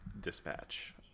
Dispatch